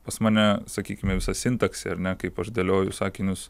pas mane sakykime visa sintaksė ar ne kaip aš dėlioju sakinius